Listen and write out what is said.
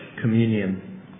communion